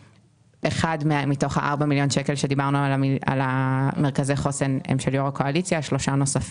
ואחד מתוך ארבעה מיליון שקל למרכזי חוסן הם של יו"ר הקואליציה לשעבר.